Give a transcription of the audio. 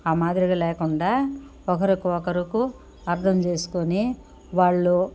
ఆ మాదిరిగా లేకుండా ఒకరికి ఒకరికు అర్థం చేసుకొని వాళ్ళు